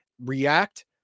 react